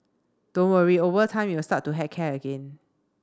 don't worry over time you will start to heck care again